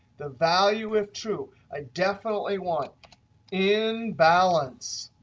the value if true. i definitely want in balance.